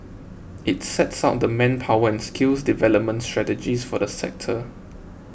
it sets out the manpower and skills development strategies for the sector